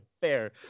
fair